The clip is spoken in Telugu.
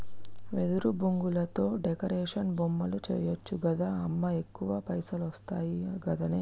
వెదురు బొంగులతో డెకరేషన్ బొమ్మలు చేయచ్చు గదా అమ్మా ఎక్కువ పైసలొస్తయి గదనే